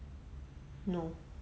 no